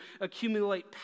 accumulate